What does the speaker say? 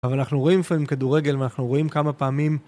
אבל אנחנו רואים לפעמים כדורגל ואנחנו רואים כמה פעמים...